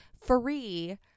free